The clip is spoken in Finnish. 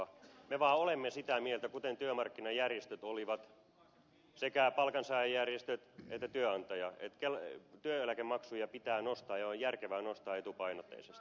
me vaan olemme sitä mieltä kuten työmarkkinajärjestöt olivat sekä palkansaajajärjestöt että työnantajajärjestöt että työeläkemaksuja pitää nostaa ja on järkevää nostaa etupainotteisesti